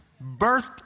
Birth